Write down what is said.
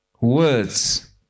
words